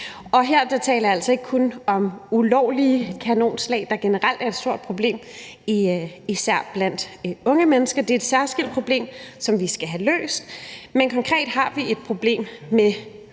Og her taler jeg altså ikke kun om ulovlige kanonslag, der generelt er et stort problem, især blandt unge mennesker – det er et særskilt problem, som vi skal have løst – men konkret har vi et problem med